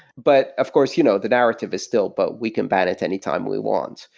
but of course, you know the narrative is still, but we can ban it anytime we want,